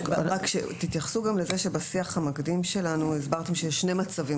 תתייחסו גם לזה שבשיח המקדים שלנו הסברתם שישנם שני מצבים